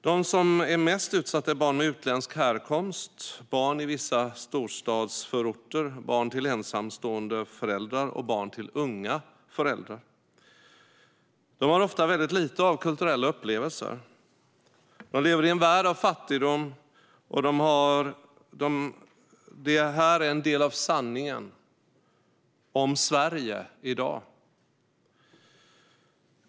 De som är mest utsatta är barn med utländsk härkomst, barn i vissa storstadsförorter, barn till ensamstående föräldrar och barn till unga föräldrar. De har ofta väldigt lite av kulturella upplevelser. De lever i en värld av fattigdom. Det här är en del av sanningen om Sverige i dag.